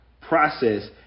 process